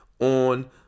on